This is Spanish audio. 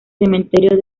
cementerio